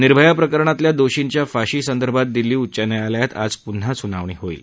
निर्भया प्रकरणातल्या दोषींच्या फाशी संदर्भात दिल्ली उच्च न्यायालयात आज पुन्हा सुनावणी होणार आहे